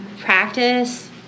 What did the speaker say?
practice